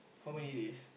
how many days